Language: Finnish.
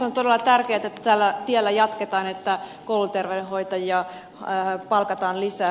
on todella tärkeätä että tällä tiellä jatketaan että kouluterveydenhoitajia palkataan lisää